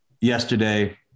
Yesterday